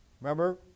Remember